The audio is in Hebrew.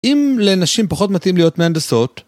אם לנשים פחות מתאים להיות מהנדסות